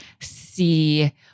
See